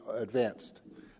advanced